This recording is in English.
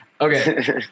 Okay